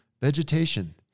vegetation